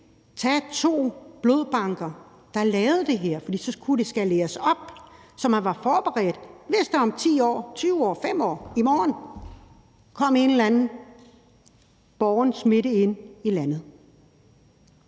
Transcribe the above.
tage to blodbanker, der kunne lave det her, for så kunne det skaleres op, hvis der om 20 år, 10 år, 5 år eller i morgen kom en eller anden båren smitte ind i landet.